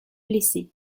blessé